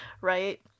right